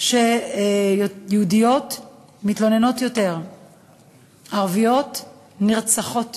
שיהודיות מתלוננות יותר, ערביות נרצחות יותר.